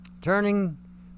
turning